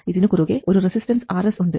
ഇതിനു കുറുകെ ഒരു റസിസ്റ്റൻസ് Rs ഉണ്ട്